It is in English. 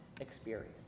experience